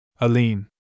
Aline